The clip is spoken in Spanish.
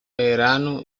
verano